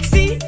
See